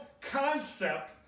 concept